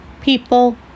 people